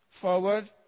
forward